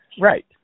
Right